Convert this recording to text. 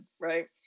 right